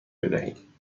بدهیم